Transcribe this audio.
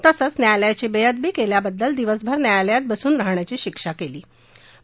तसंच न्यायालयाची बेअदबी केल्याबद्दल दिवसभर न्यायालयात बसून राहण्याची शिक्षा केली होती